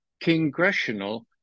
congressional